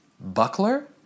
buckler